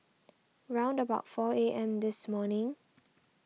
round about four A M this morning